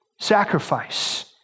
sacrifice